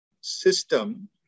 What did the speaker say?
system